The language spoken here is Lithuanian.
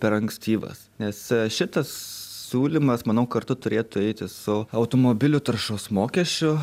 per ankstyvas nes šitas siūlymas manau kartu turėtų eiti su automobilių taršos mokesčiu